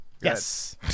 Yes